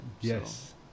Yes